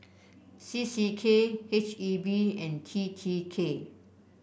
C C K H E B and T T K